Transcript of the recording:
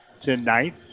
tonight